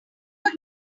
got